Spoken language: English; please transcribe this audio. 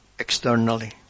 Externally